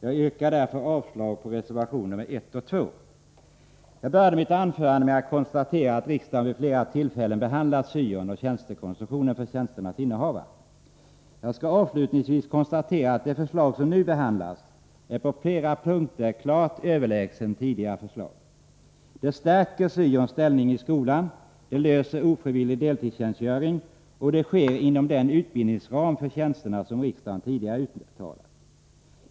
Därför yrkar jag avslag på reservationerna 1 och 2. Jag började mitt anförande med att konstatera att riksdagen vid flera tillfällen behandlat syon och tjänstekonstruktionen för tjänsternas innehavare. Avslutningsvis vill jag konstatera att det förslag som nu behandlas är på flera punkter är klart överlägset tidigare förslag. Det stärker syons ställning i skolan, det löser problemet med ofrivillig deltidstjänstgöring, och det sker inom den utbildningsram för tjänsterna som riksdagen har uttalat sig för.